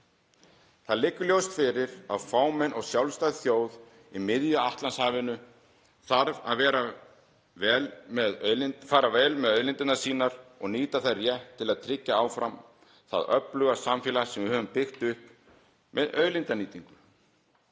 Það liggur ljóst fyrir að fámenn og sjálfstæð þjóð í miðju Atlantshafinu þarf að fara vel með auðlindirnar sínar og nýta þær rétt til að tryggja áfram það öfluga samfélag sem við höfum byggt upp með auðlindanýtingu.